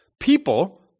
People